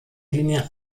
linie